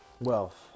Wealth